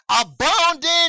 Abounding